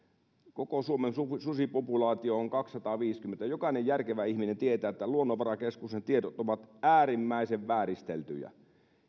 koko suomen susipopulaatio on kahdennensadannenviidennenkymmenennen jokainen järkevä ihminen tietää että luonnonvarakeskuksen tiedot ovat äärimmäisen vääristeltyjä